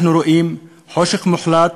אנחנו רואים חושך מוחלט,